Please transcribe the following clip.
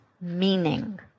meaning